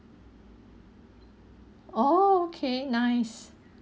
oh okay nice